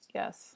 yes